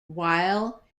while